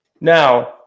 Now